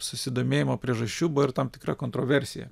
susidomėjimo priežasčių buvo ir tam tikra kontroversija